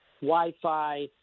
Wi-Fi